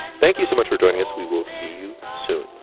thank you so much for joining us. we will see you soon